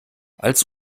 als